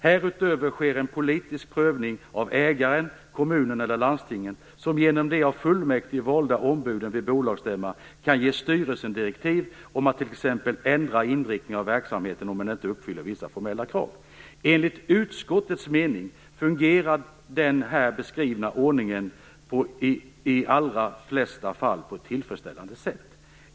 Härutöver sker en politisk prövning av ägaren, kommunen eller landstinget, som genom de av fullmäktige valda ombuden vid bolagsstämma kan ge styrelsen direktiv om att t.ex. ändra inriktningen av verksamheten om den inte uppfyller vissa formella krav. Enligt utskottets mening fungerar den här beskrivna ordningen i de allra flesta fall på ett tillfredsställande sätt.